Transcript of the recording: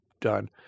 done